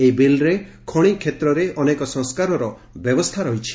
ଏହି ବିଲ୍ରେ ଖଣିକ୍ଷେତ୍ରରେ ଅନେକ ସଂସ୍କାରର ବ୍ୟବସ୍ଥା ରହିଛି